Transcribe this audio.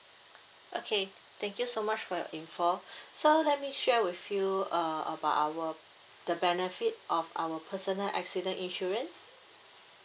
okay thank you so much for your info so let me share with you uh about our the benefit of our personal accident insurance